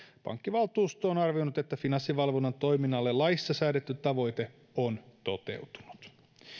pankkivaltuusto on arvioinut että finanssivalvonnan toiminnalle laissa säädetty tavoite on toteutunut